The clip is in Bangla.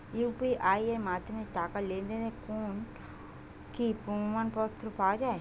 ইউ.পি.আই এর মাধ্যমে টাকা লেনদেনের কোন কি প্রমাণপত্র পাওয়া য়ায়?